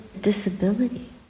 disability